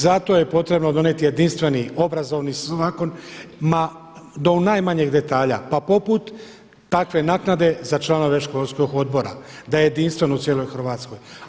Zato je potrebno donijeti jedinstveni obrazovni zakon do u najmanjeg detalja pa poput takve naknade za članove školskog odbora da je jedinstven u cijeloj Hrvatskoj.